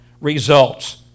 results